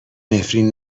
نفرین